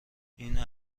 اینها